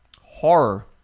horror